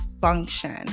function